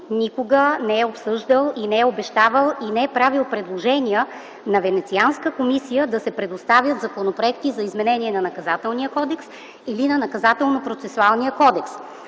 никога не е обсъждал и не е обещавал, и не е правил предложения на Венецианската комисия да се предоставят законопроекти на Наказателния кодекс или на Наказателно-процесуалния кодекс.